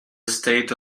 state